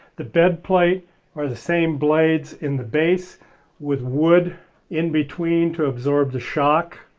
the bed plate are the same blades in the base with wood in between to absorb the shock